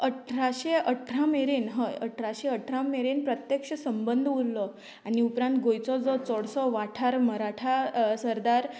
अठराशें अठरा मेरेन होय अठराशें अठरा मेरेन प्रत्यक्ष संबंद उरलो आनी उपरांत गोंयचो जो चडसो वाठार मराठा सरदार